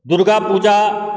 Durga Puja